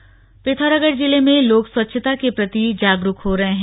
स्वच्छता पिथौरागढ़ जिले में लोग स्वच्छता के प्रति जागरूक हो रहे हैं